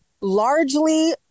largely